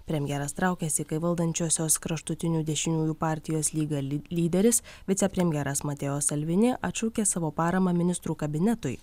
premjeras traukiasi kai valdančiosios kraštutinių dešiniųjų partijos lyga lyderis vicepremjeras matejo salvini atšaukė savo paramą ministrų kabinetui